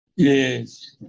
Yes